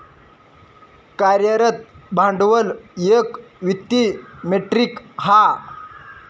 कार्यरत भांडवल एक वित्तीय मेट्रीक हा